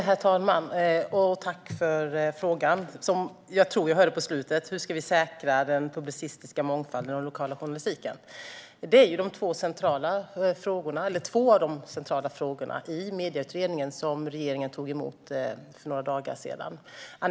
Herr talman! Tack för frågan om hur vi ska säkra den publicistiska mångfalden och säkra den lokala journalistiken! Det är två av de centrala frågorna i Medieutredningen som regeringen tog emot för några dagar sedan.